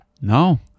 No